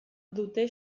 dute